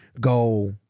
go